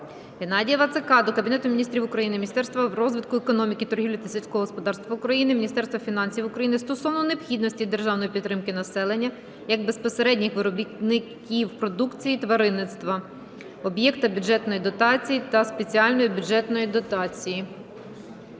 Геннадія Вацака до Кабінету Міністрів України, Міністерства розвитку економіки, торгівлі та сільського господарства України, Міністерства фінансів України стосовно необхідності державної підтримки населення, як безпосередніх виробників продукції тваринництва - об'єкта бюджетної дотації та спеціальної бюджетної дотації.